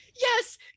yes